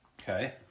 Okay